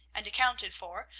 and accounted for,